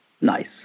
Nice